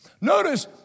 Notice